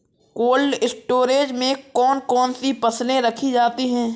Cold storage में कौन कौन सी फसलें रखी जाती हैं?